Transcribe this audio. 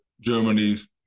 Germany's